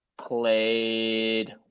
played